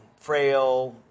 frail